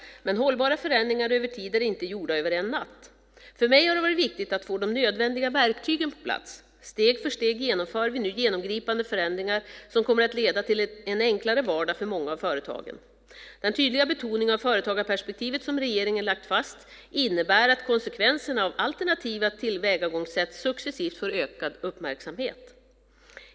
Men hållbara förändringar över tid är inte gjorda över en natt. För mig har det varit viktigt att få de nödvändiga verktygen på plats. Steg för steg genomför vi nu genomgripande förändringar som kommer att leda till en enklare vardag för många av företagen. Den tydliga betoning av företagarperspektivet som regeringen har lagt fast innebär att konsekvenserna av alternativa tillvägagångssätt successivt får ökad uppmärksamhet.